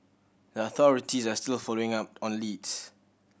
the authorities are still following up on leads